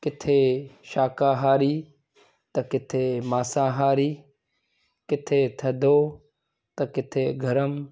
किथे शाकाहारी त किथे मांसाहारी किथे थधो त किथे गरमु